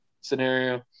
scenario